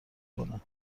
کنه